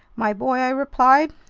my boy, i replied,